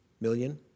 million